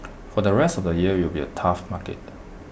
for the rest of the year IT will be A tough market